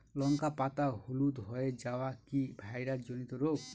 লঙ্কা পাতা হলুদ হয়ে যাওয়া কি ভাইরাস জনিত রোগ?